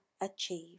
achieve